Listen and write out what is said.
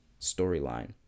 storyline